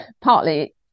partly